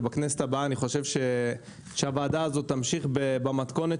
ובכנסת הבאה אני חושב שהוועדה הזאת תמשיך במתכונתה